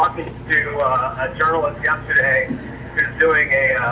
to a journalist yesterday doing a